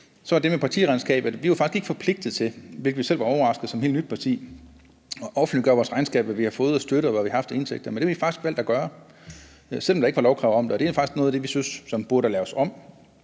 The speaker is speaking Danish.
der det med partiregnskabet. Vi er jo faktisk ikke forpligtet til, hvilket vi selv var overrasket over, som helt nyt parti at offentliggøre vores regnskaber, hvad vi har fået i støtte, og hvad vi har haft af indtægter, men det har vi faktisk valgt at gøre, altså selv om der ikke var lovkrav om det. Det er faktisk noget af det, vi synes burde laves om